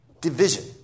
division